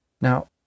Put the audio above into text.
Now